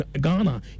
Ghana